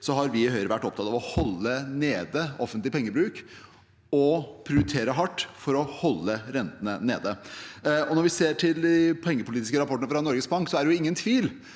11 2023 vi i Høyre vært opptatt av å holde offentlig pengebruk nede og prioritere hardt for å holde rentene nede. Når vi ser de pengepolitiske rapportene fra Norges Bank, er det ingen tvil